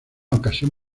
ocasión